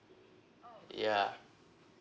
yeah